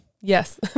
Yes